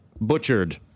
butchered